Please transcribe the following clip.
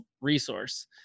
resource